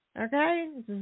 okay